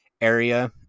area